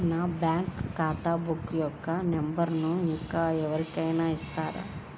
నా బ్యాంక్ ఖాతా బుక్ యొక్క నంబరును ఇంకా ఎవరి కైనా ఇస్తారా?